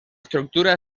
estructura